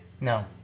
No